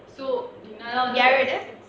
so dinner is at six